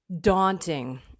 daunting